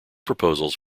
proposals